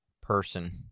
person